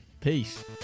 Peace